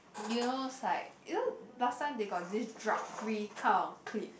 you know it's like you know last time they got this drug free kind of clip